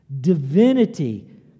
Divinity